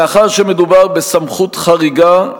מאחר שמדובר בסמכות חריגה,